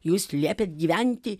jūs liepėt gyventi